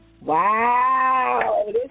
Wow